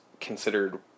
considered